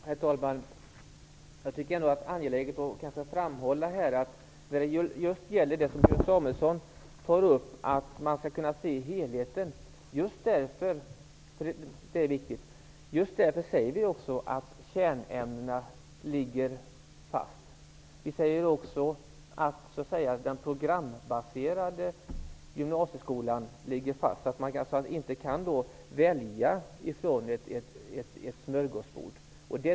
Herr talman! Ulf Samuelson säger att man måste kunna se helheten. Det är viktigt. Jag tycker att det är angeläget att framhålla att vi just därför säger att kärnämnena ligger fast. Vi säger också att den programbaserade gymnasieskolan ligger fast. Man kan alltså inte välja från ett smörgåsbord.